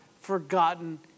forgotten